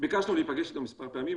ביקשנו להפגש איתו מספר פעמים,